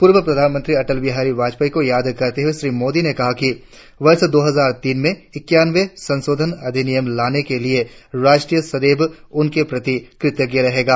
पूर्व प्रधानमंत्री अटल बिहारी वाजपेयी को याद करते हुए श्री मोदी ने कहा कि वर्ष दो हजार तीन में ईक्यानवें संशोधन अधिनियम लाने के लिए राष्ट्र सदैव उनके प्रति कृतज्ञ रहेगा